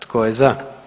Tko je za?